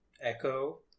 Echo